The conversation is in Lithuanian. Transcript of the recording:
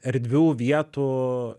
erdvių vietų